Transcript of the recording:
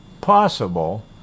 possible